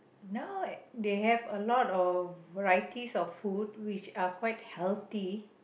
now they have a lot of varieties of food which are quite healthy